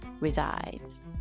resides